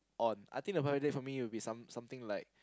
on I think the perfect date for me would be some something like